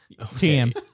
TM